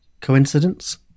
Coincidence